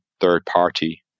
third-party